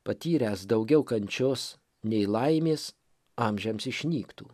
patyręs daugiau kančios nei laimės amžiams išnyktų